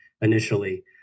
initially